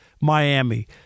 Miami